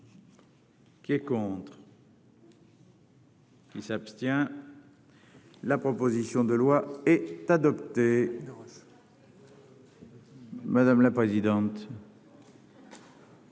Qui est contre. Qui s'abstient. La proposition de loi est adopté. Petits. Madame la présidente.